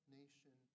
nation